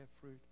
fruit